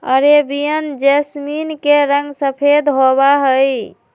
Arabian jasmine के रंग सफेद होबा हई